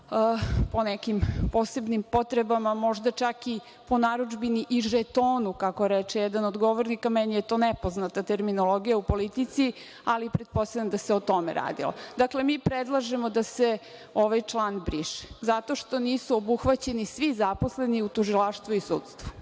o nekim posebnim potrebama, možda čak i po narudžbini i žetonu, kako reče jedan od govornika? Meni je to nepoznata terminologija u politici, ali pretpostavljam da se o tome radilo. Dakle, mi predlažemo da se ovaj član briše zato što nisu obuhvaćeni svi zaposleni u tužilaštvu i sudstvu.